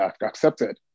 accepted